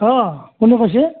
অঁ কোনে কৈছে